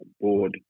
board